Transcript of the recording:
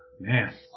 Man